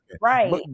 right